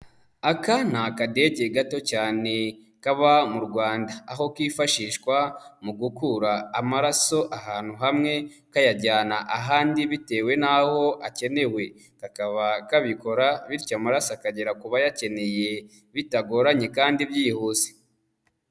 Aka ni akadege gato cyane kaba mu Rwanda. aho kifashishwa mu gukura amaraso ahantu hamwe kayajyana ahandi bitewe n'aho akenewe. Kakaba kabikora bityo amaraso akagera ku bayakeneye bitagoranye kandi byihuse.